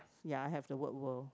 ya have the word world